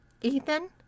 Ethan